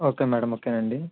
okay madam okay నండి